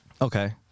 okay